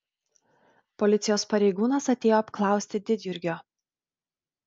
policijos pareigūnas atėjo apklausti didjurgio